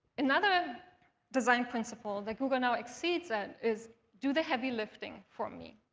another design principle that google now exceeds at is do the heavy lifting for me.